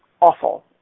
awful